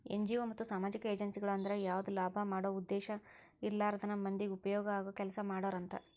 NGO ಮತ್ತ ಸಾಮಾಜಿಕ ಏಜೆನ್ಸಿಗಳು ಅಂದ್ರ ಯಾವದ ಲಾಭ ಮಾಡೋ ಉದ್ದೇಶ ಇರ್ಲಾರ್ದನ ಮಂದಿಗೆ ಉಪಯೋಗ ಆಗೋ ಕೆಲಸಾ ಮಾಡೋರು ಅಂತ